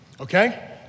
Okay